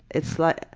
it's, like